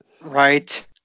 Right